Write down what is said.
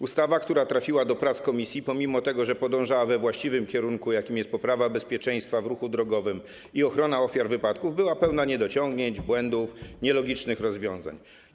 Ustawa, która trafiła do prac w komisji, pomimo że podążała we właściwym kierunku, jakim jest poprawa bezpieczeństwa w ruchu drogowym i ochrona ofiar wypadków, była pełna niedociągnięć, błędów, nielogicznych rozwiązań.